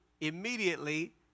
Immediately